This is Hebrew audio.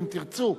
אם תרצו,